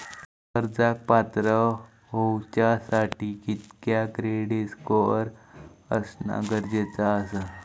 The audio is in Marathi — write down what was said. कर्जाक पात्र होवच्यासाठी कितक्या क्रेडिट स्कोअर असणा गरजेचा आसा?